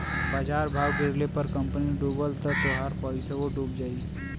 बाजार भाव गिरले पर कंपनी डूबल त तोहार पइसवो डूब जाई